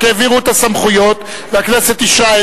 רק העבירו את הסמכויות והכנסת אישרה.